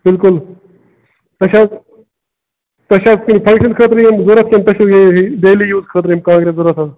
بلکُل أسۍ حظ تۄہہِ چھ حظ کُنہ فَنٛگشَن خٲطرٕ ضوٚرتھ کنہ تۄہہِ چھو ڈیلی یوٗز خٲطرٕ یم کانٛگرِ ضوٚرتھ حظ